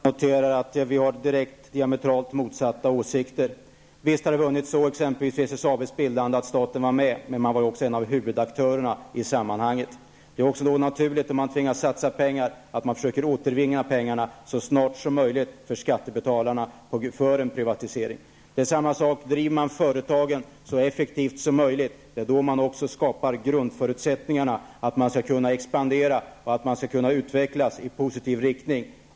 Herr talman! Jag noterar att vi har diametralt motsatta uppfattningar. Visst har det funnits exempel på att staten varit med, exempelvis vid SSABs bildande, men man var också en av huvudaktörerna i sammanhanget. När man tvingas satsa pengar är det också naturligt att man så snart som möjligt försöker återvinna pengarna för skattebetalarna genom en privatisering. Driver man företag så effektivt som möjligt skapar man också grundförutsättningarna att expandera och utvecklas i positiv riktning.